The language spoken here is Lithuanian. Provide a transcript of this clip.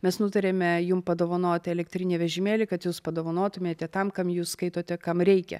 mes nutarėme jum padovanoti elektrinį vežimėlį kad jūs padovanotumėte tam kam jūs skaitote kam reikia